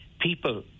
people